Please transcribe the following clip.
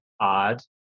odd